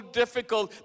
difficult